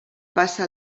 passa